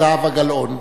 זהבה גלאון.